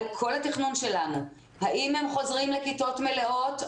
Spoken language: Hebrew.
כל התכנון שלנו - חוזרות לכיתות מלאות,